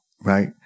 right